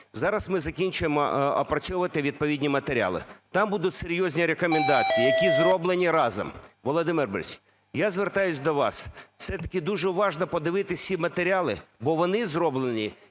Зараз ми закінчуємо опрацьовувати відповідні матеріали. Там будуть серйозні рекомендації, які зроблені разом. Володимир Борисович, я звертаюсь до вас, все-таки дуже уважно подивитися всі матеріали, бо вони зроблені